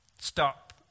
stop